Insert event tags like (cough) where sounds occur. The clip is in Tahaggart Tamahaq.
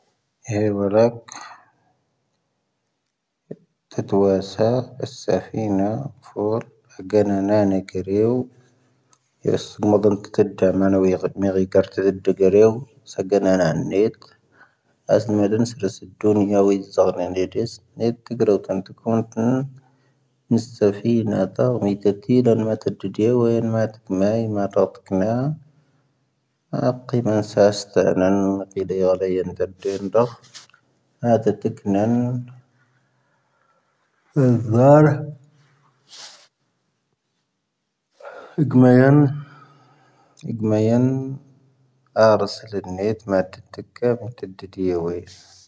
ⵢⴻⵀ ⵡⴰⵍⴰⴽ ⵜⴰⵜⵡⴰⵙⴰ ⴰⵙⵙⴰⵉⵏⴰ ⴰⴳⵡ ⵏⵉⵏ ⴻ ⴽⴰⵔⴰⵡ ⵢⴻⵙ ⵎⴰⴷⴰⴳⴰⵜ ⴷⵉⵉⴷⴰ ⴳⵔⴻⵡ ⵙⴰⴳⴰⵏⴻ ⴰⵣⵎⴰⵔⴻⴽ ⵙⵉⴳⵏⵉⵏⴰ ⵎⵉⵙ ⵙⴰⴼⵉⵏⴰ ⴰⵜⵜⴻⴳ ⴽⴰ ⵎⴻ ⴰⵇⵇⵉⵎⴰⵙⴰ ⵜⴻⵔⴰⵏ ⵎⵉⵇ (noise) ⵉⵇⵎⴰⵢⴻⵏ ⵉⵇⵎⴰⵢⴻⵏ ⴰⵜⵙⴻⵉ ⵜⵉⵜⵉⴳⴰⵎⵏⴰⵢⴻⵎ.